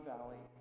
Valley